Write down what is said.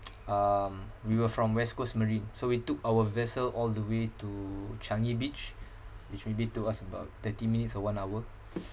um we were from west coast marine so we took our vessel all the way to changi beach which maybe took us about thirty minutes or one hour